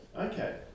Okay